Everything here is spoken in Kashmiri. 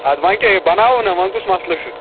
ادٕ وۄنۍ کیاہ یہِ بناوو نہ وۄنۍ کُس مثلہٕ چھُ